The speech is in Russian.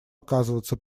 оказываться